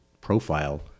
profile